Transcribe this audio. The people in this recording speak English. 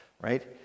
right